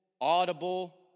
audible